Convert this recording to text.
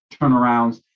turnarounds